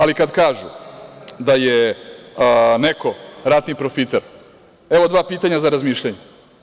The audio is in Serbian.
Ali, kad kažu da je neko ratni profiter, evo dva pitanja za razmišljanje.